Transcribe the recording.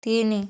ତିନି